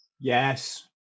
Yes